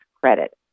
credit